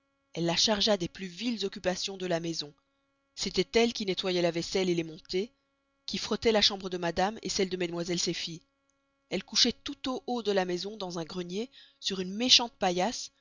elle la chargea des plus viles occupations de la maison c'estoit elle qui nettoyoit la vaisselle et les montées qui frottoit la chambre de madame celles de mesdemoiselles ses filles elle couchoit tout au haut de la maison dans un grenier sur une méchante paillasse